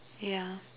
yeah